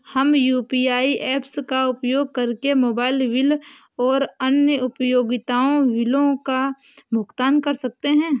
हम UPI apps का उपयोग करके मोबाइल बिल और अन्य उपयोगिता बिलों का भुगतान कर सकते हैं